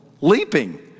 leaping